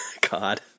God